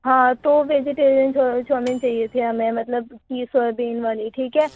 ہاں تو vegetarian chowmein چاہیے تھے ہمیں مطلب یہ سویا بین والی ٹھیک ہے